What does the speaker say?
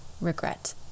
regret